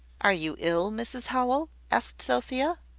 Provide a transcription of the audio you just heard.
are you ill, mrs howell? asked sophia.